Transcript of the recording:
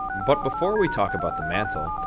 but before we talk about the mantle,